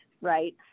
right